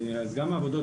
אז גם העבודות,